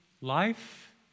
life